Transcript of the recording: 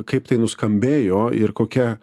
kaip tai nuskambėjo ir kokia